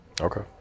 Okay